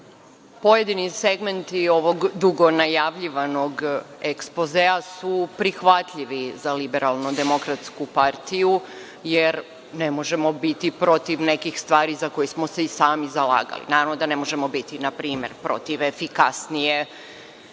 pojedini segmenti ovog dugo najavljivanog ekspozea su prihvatljivi za LDP, jer ne možemo biti protiv nekih stvari za koje smo se i sami zalagali. Naravno da ne možemo biti protiv npr. efikasnije,